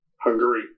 Hungary